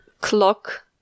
clock